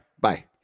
bye